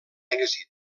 èxit